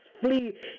Flee